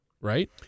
right